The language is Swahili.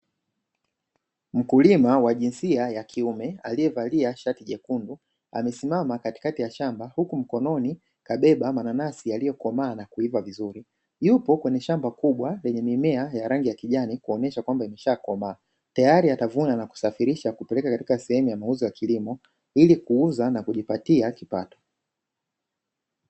Mkulima wa jinsia ya kiume aliyevalia shati jekundu amesimama katikati ya shamba huku mkononi kabeba mananasi yaliyokomaa na kuiva vizuri, yupo kwenye shamba kubwa lenye mimea ya rangi ya kijani kuonyesha kwamba imeshakomaa tayari atavuna na kusafirisha kupeleka katika sehemu ya mauzo ya kilimo ili kuuza na kujipatia kipato